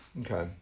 Okay